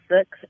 six